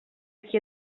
qui